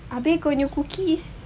kau punya cookies